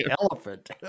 elephant